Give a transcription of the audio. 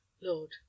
Lord